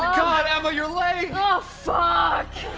god emma! your leg! oh fuck!